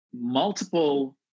multiple